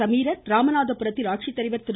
சமீரன் ராமநாதபுரத்தில் ஆட்சித்தலைவர் திரு